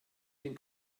den